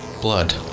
Blood